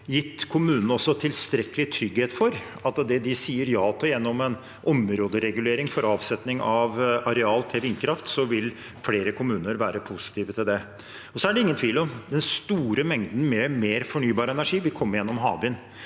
gitt kommunene tilstrekkelig trygghet for at det de sier ja til gjennom en områderegulering for avsetting av areal til vindkraft, vil flere kommuner være positive til dette. Det er ingen tvil om at den store mengden med mer fornybar energi vil komme gjennom havvind.